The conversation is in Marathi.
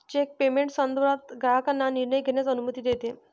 चेक पेमेंट संदर्भात ग्राहकांना निर्णय घेण्यास अनुमती देते